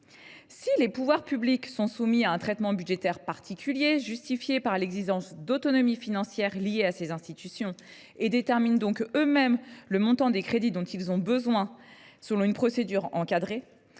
Les pouvoirs publics sont soumis à un traitement budgétaire particulier, justifié par l’exigence d’autonomie financière liée à ces institutions : ils déterminent eux mêmes le montant des crédits dont ils ont besoin, selon une procédure encadrée.